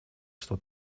что